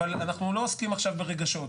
אבל אנחנו לא עוסקים עכשיו ברגשות,